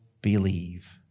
believe